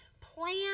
Plan